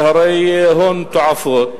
זה הרי הון תועפות,